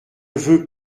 veux